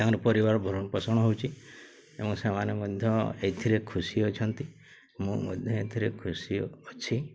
ତାଙ୍କର ପରିବାର ଭରଣ ପୋଷଣ ହେଉଛି ଏବଂ ସେମାନେ ମଧ୍ୟ ଏଇଥିରେ ଖୁସି ଅଛନ୍ତି ମୁଁ ମଧ୍ୟ ଏଥିରେ ଖୁସି ଅଛି